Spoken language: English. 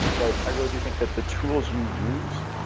but i really do think that the tools you use,